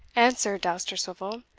answered dousterswivel,